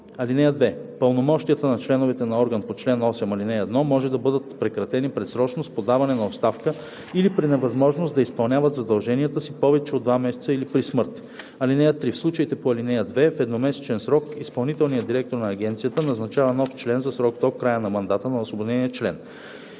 (2) Пълномощията на членовете на орган по чл. 8, ал. 1 може да бъдат прекратени предсрочно с подаване на оставка или при невъзможност да изпълняват задълженията си повече от два месеца или при смърт. (3) В случаите по ал. 2 в едномесечен срок изпълнителният директор на агенцията назначава нов член за срок до края на мандата на освободения член.